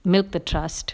milk the trust